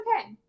okay